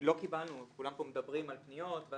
כולם פה מדברים על פניות.